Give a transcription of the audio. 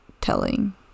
telling